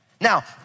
Now